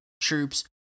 troops